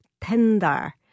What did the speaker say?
tender